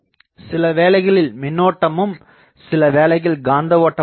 சில வேளைகளில் மின்னோட்டமும் சில வேளைகளில் காந்த ஓட்டமும் இருக்கும்